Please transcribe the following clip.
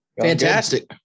Fantastic